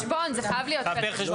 לא, זה פר חשבון, זה חייב להיות פר חשבון.